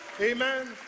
Amen